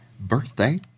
birthday